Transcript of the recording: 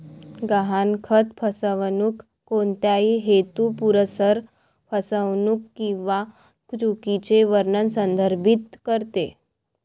गहाणखत फसवणूक कोणत्याही हेतुपुरस्सर फसवणूक किंवा चुकीचे वर्णन संदर्भित करते